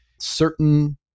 certain